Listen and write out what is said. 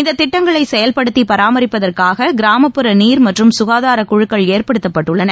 இந்த திட்டங்களை செயல்படுத்தி பராமரிப்பதற்காக கிராமப்புற நீர் மற்றும் சுகாதார குழுக்கள் ஏற்படுத்தப்பட்டுள்ளன